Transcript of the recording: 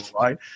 right